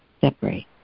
separate